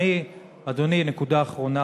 אדוני, נקודה אחרונה.